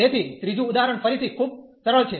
તેથી ત્રીજું ઉદાહરણ ફરીથી ખૂબ સરળ છે